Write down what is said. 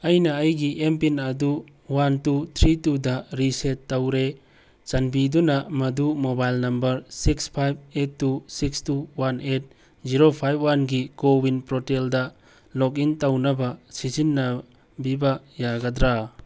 ꯑꯩꯅ ꯑꯩꯒꯤ M PIN ꯑꯗꯨ ꯋꯥꯟ ꯇꯨ ꯊ꯭ꯔꯤ ꯇꯨꯗ ꯔꯤꯁꯦꯠ ꯇꯧꯔꯦ ꯆꯥꯟꯕꯤꯗꯨꯅ ꯃꯗꯨ mobile number six five eight two six two one eight zero five ꯋꯥꯟꯒꯤ ꯀꯣꯋꯤꯟ ꯄ꯭ꯔꯣꯇꯦꯂꯗ ꯂꯣꯛ ꯏꯟ ꯇꯧꯅꯕ ꯁꯤꯖꯤꯟꯅꯕꯤꯕ ꯌꯥꯒꯗ꯭ꯔꯥ